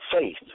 faith